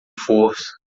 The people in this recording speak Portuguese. força